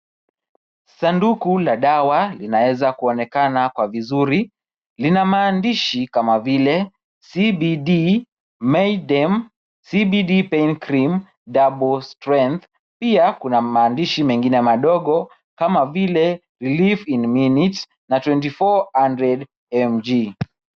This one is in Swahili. Sanduku la dawa linaweza kuonekana hapa kwa vizuri, linamaanisha kama vile "CBD made them CBD pain cream double strength", pia kuna maandishi mengine madogo kama vile relief in minutes" na "2400 mg".